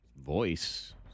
voice